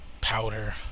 powder